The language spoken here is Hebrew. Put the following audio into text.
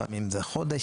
לפעמים זה חודש,